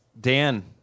Dan